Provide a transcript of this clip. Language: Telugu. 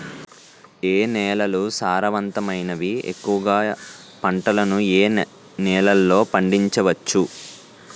ఏ నేలలు సారవంతమైనవి? ఎక్కువ గా పంటలను ఏ నేలల్లో పండించ వచ్చు?